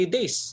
days